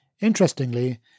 Interestingly